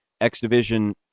X-Division